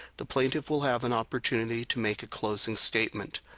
the plaintiff will have an opportunity to make a closing statement.